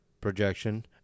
projection